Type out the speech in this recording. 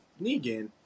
Negan